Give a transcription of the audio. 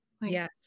Yes